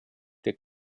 der